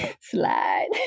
Slide